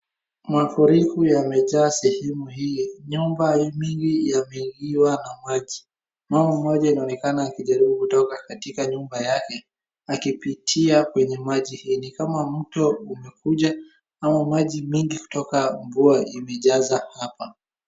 Mafuriko yamejaa sehemu hii. Nyumba mingi yameingiwa na maji. Mama mmoja inaonekana akijaribu kutika katika nyumba yake, akipitia kwenye maji hii. Ni kama mto umekuja, ama maji mingi kutoka mvua imejaza hapa.